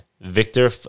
Victor